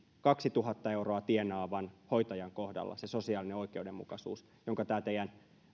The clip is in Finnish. kaksituhatta euroa tienaavan hoitajan kohdalla se sosiaalinen oikeudenmukaisuus jonka tämä teidän